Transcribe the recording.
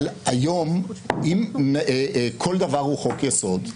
אבל היום אם כל דבר הוא חוק-יסוד,